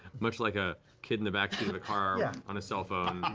much like a kid in the backseat of a car yeah on a cell phone,